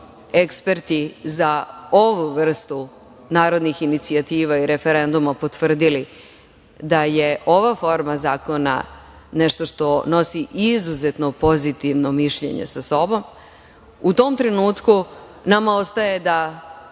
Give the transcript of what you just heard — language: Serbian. eksperti za ovu vrstu narodnih inicijativa i referenduma potvrdili da je ova forma zakona nešto što nosi izuzetno pozitivno mišljenje sa sobom, u tom trenutku nama ostaje da